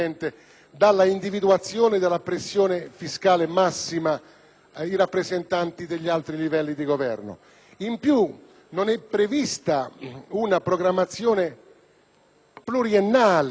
i rappresentanti degli altri livelli di governo. In più, non è prevista una programmazione pluriennale dei livelli massimi di imposizione fiscale,